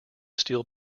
steel